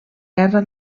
guerra